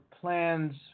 plans